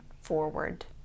forward